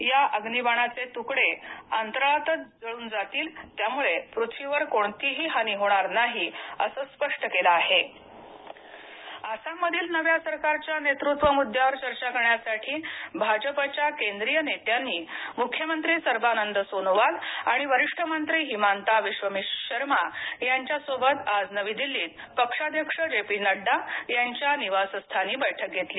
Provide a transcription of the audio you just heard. या अग्निबाणाचे तुकडे अंतराळातच जाळून जातील त्यामुळे पृथ्वीवर कोणतीही हानी होणार नाही असं स्पष्ट केलं आहे आसाम सरकार आसाममधील नव्या सरकारच्या नेतृत्व मुद्यावर चर्चा करण्यासाठी भाजपाच्या केंद्रीय नेत्यांनी मुख्यमंत्री सर्वानंद सोनोवाल आणि वरिष्ठ मंत्री हिमांता विश्व शर्मा यांच्यासोबत आज नवी दिल्लीत पक्षाध्यक्ष जे पी नड्डा यांच्या निवासस्थानी बैठक घेतली